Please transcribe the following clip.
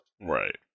Right